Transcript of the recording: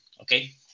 okay